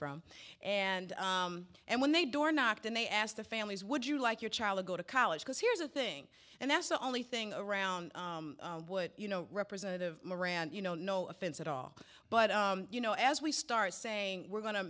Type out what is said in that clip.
from and and when they door knocked and they asked the families would you like your child to go to college because here's the thing and that's the only thing around would you know representative moran you know no offense at all but you know as we start saying we're going to